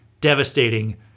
devastating